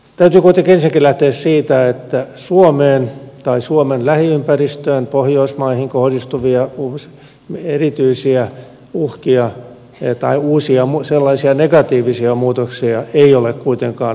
täytyy kuitenkin ensinnäkin lähteä siitä että suomeen tai suomen lähiympäristöön pohjoismaihin kohdistuvia erityisiä uhkia tai uusia negatiivisia muutoksia ei ole kuitenkaan olemassa